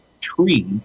tree